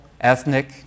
ethnic